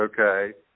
okay